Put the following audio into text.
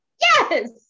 yes